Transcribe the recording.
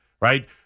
right